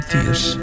Tears